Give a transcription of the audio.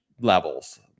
levels